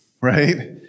Right